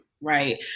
Right